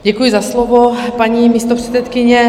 Děkuji za slovo, paní místopředsedkyně.